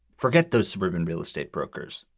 forget those suburban real estate brokers.